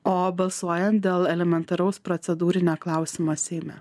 o balsuojant dėl elementaraus procedūrinio klausimo seime